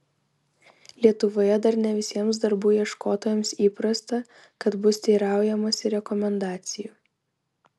lietuvoje dar ne visiems darbų ieškotojams įprasta kad bus teiraujamasi rekomendacijų